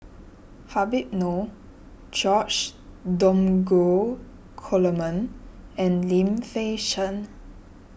Habib Noh George Dromgold Coleman and Lim Fei Shen